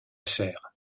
faire